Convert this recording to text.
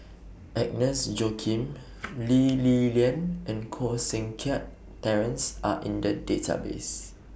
Agnes Joaquim Lee Li Lian and Koh Seng Kiat Terence Are in The Database